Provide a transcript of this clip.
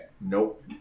Nope